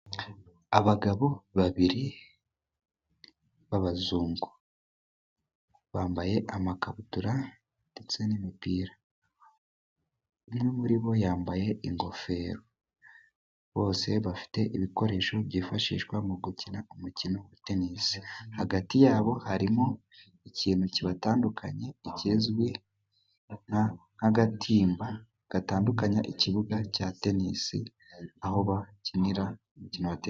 Abagabo babiri b'abazungu bambaye amakabutura ndetse n'imipira. Umwe muri bo yambaye ingofero. Bose bafite ibikoresho byifashishwa mu gukina umukino wa Tenisi. Hagati yabo harimo ikintu kibatandukanya kizwi nk'agatimba gatandukanya ikibuga cya Tenisi, aho bakinira umukino wa Tenisi.